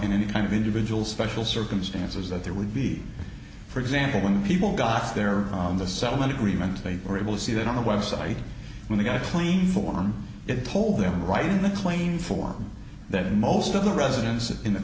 in any kind of individual special circumstances that there would be for example when people got there on the settlement agreement they were able to see that on the website when they got claim form it told them right in the claim form that most of the residents in the